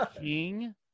king